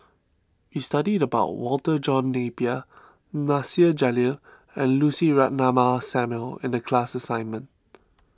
we studied about Walter John Napier Nasir Jalil and Lucy Ratnammah Samuel in the class assignment